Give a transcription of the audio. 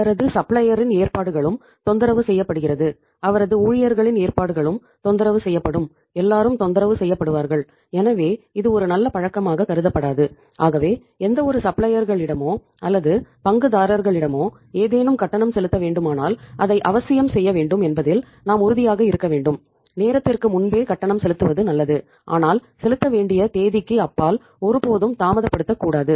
அவரது சப்ளையரின் அல்லது பங்குதாரர்களிடமோ ஏதேனும் கட்டணம் செலுத்த வேண்டுமானால் அதை அவசியம் செய்ய வேண்டும் என்பதில் நாம் உறுதியாக இருக்க வேண்டும் நேரத்திற்கு முன்பே கட்டணம் செலுத்துவது நல்லது ஆனால் செலுத்த வேண்டிய தேதிக்கு அப்பால் ஒருபோதும் தாமதப்படுத்தக் கூடாது